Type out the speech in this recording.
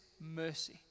mercy